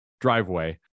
driveway